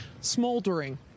smoldering